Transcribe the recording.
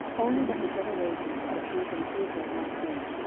only that the generations of the children of israel might know,